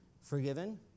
forgiven